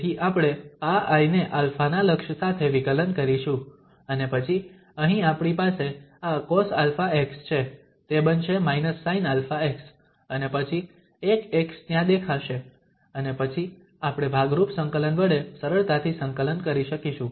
તેથી આપણે આ I ને α ના લક્ષ સાથે વિકલન કરીશું અને પછી અહીં આપણી પાસે આ cosαx છે તે બનશે sinαx અને પછી એક x ત્યાં દેખાશે અને પછી આપણે ભાગરૂપ સંકલન વડે સરળતાથી સંકલન કરી શકીશું